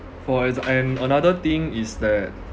for exa~ and another thing is that